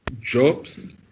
jobs